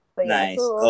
nice